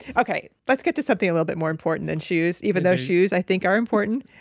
okay. let's get to something a little bit more important than shoes, even though shoes i think are important.